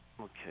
Okay